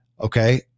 Okay